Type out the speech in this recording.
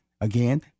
Again